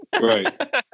right